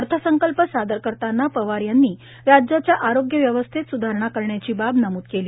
अर्थसंकल्प सादर करताना पवार यांनी राज्याच्या आरोग्य व्यवस्थेत सुधारणा करण्याची बाब नमूद केली